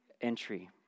entry